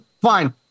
fine